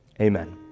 Amen